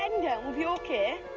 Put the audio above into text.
and we'll be ok.